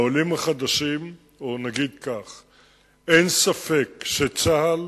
אין ספק שצה"ל